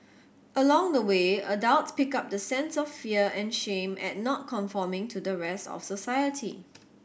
along the way adults pick up the sense of fear and shame at not conforming to the rest of society